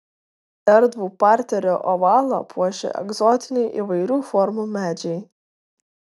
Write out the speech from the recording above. erdvų parterio ovalą puošia egzotiniai įvairių formų medžiai